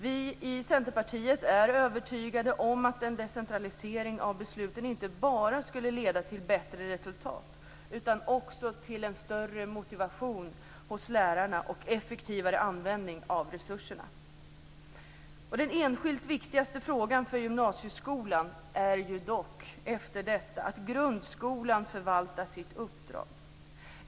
Vi i Centerpartiet är övertygade om att en decentralisering av besluten skulle leda inte bara till bättre resultat utan också till en större motivation hos lärarna och en effektivare användning av resurserna. Den enskilt viktigaste frågan för gymnasieskolan är dock att grundskolan förvaltar sitt uppdrag.